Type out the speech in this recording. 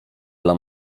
dla